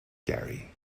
garry